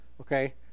Okay